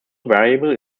variable